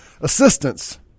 assistance